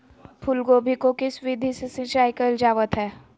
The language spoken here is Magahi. फूलगोभी को किस विधि से सिंचाई कईल जावत हैं?